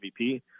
MVP